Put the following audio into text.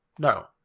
No